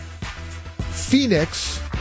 Phoenix